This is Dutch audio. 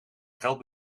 geld